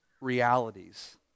realities